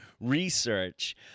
research